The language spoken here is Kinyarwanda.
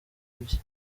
bye